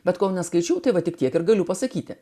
bet kol neskaičiau tai va tik tiek ir galiu pasakyti